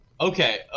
Okay